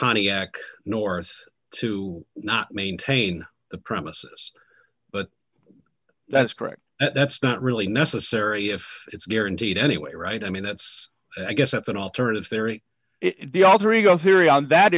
norse to not maintain the premises but that's correct that's not really necessary if it's guaranteed anyway right i mean that's i guess that's an alternative theory if the all three go theory on that